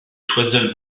choiseul